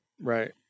Right